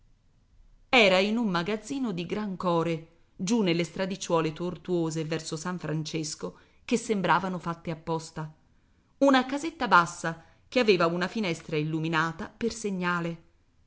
era in un magazzino di grancore giù nelle stradicciuole tortuose verso san francesco che sembravano fatte apposta una casetta bassa che aveva una finestra illuminata per segnale